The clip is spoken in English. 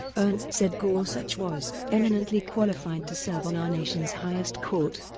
ernst said gorsuch was eminently qualified to serve on our nation's highest court.